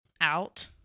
out